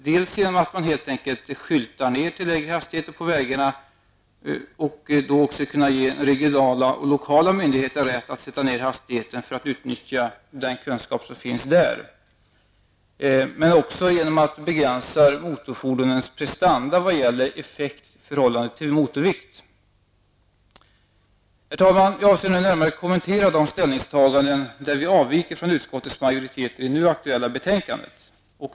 Dels genom att man helt enkelt skyltar ner till lägre hastigheter på vägarna och då också ger lokala och regionala myndigheter rätt att sätta ner hastigheten för att utnyttja den kunskap som finns där, dels genom att begränsa motorfordonens prestanda vad gäller effekt i förhållande till motorvikt. Herr talman! Jag avser nu att närmare kommentera de ställningstaganden där miljöpartiet avviker från utskottets majoritet i det nu aktuella betänkandet.